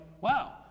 wow